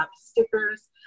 stickers